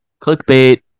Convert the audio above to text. Clickbait